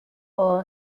all